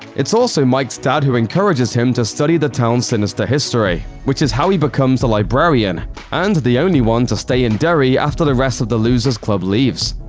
it's also mike's dad who encourages him to study the town's sinister history, which is how he becomes the librarian and the only one to stay in derry after the rest of the losers' club leaves.